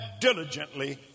diligently